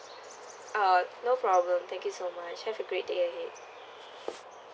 uh no problem thank you so much have a great day ahead